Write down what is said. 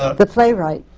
ah the playwright.